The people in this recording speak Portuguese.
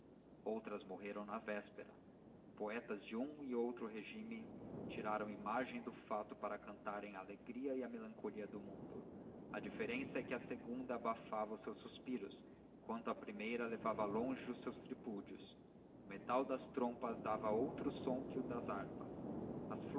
outras morreram na véspera poetas de um e outro regímen tiraram imagem do fato para cantarem a alegria e a melancolia do mundo a diferença é que a segunda abafava os seus suspiros enquanto a primeira levava longe os seus tripúdios o metal das trompas dava outro som que o das harpas as